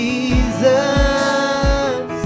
Jesus